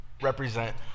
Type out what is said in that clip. represent